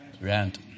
rent